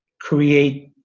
create